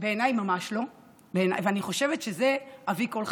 בעיניי, ממש לא, ואני חושבת שזה אבי כל חטאת.